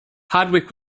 hardwick